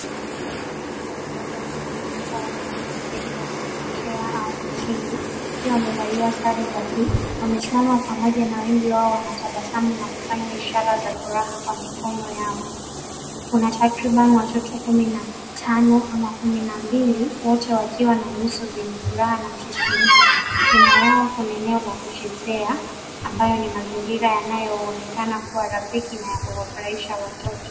Kundi la watoto wadogo wanaonekana kuwa wanafunzi wa shule ya chekechea au msingi, wakiwa wamevalia sare za blue . Wamesimama pamoja na wengi wao wanatabasamu na kufanya ishara za furaha kwa mikono yao. Kuna takriban watoto kumi na tano ama kumi na mbili, wote wakiwa na nyuso zenye furaha na msisimuko. Nyuma yao kuna eneo la kuchezea, ambayo ni mazingira yanayoonekana kuwa rafiki na ya kuwafurahisha watoto.